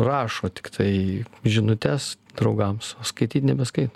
rašo tiktai žinutes draugams o skaityt nebeskaito